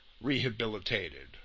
rehabilitated